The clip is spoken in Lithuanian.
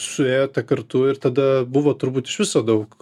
suėjote kartu ir tada buvo turbūt iš viso daug